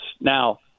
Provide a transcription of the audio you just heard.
Now